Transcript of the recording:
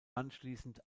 anschließend